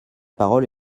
parole